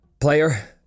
player